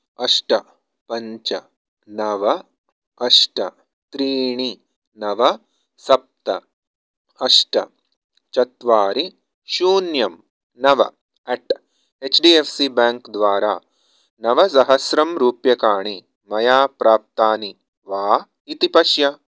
अष्ट पञ्च नव अष्ट त्रीणि नव सप्त अष्ट चत्वारि शून्यं नव अट् H D F C bank द्वारा नव सहस्ररूप्यकाणि मया प्राप्तानि वा इति पश्य